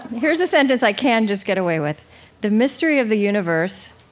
here's a sentence i can just get away with the mystery of the universe,